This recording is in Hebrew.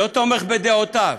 לא תומך בדעותיו.